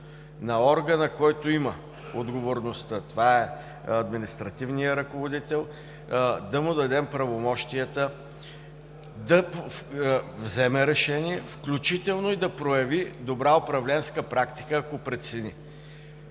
на органа, който има отговорността – това е административният ръководител, да му дадем правомощията да вземе решение включително и да прояви добра управленска практика, ако прецени.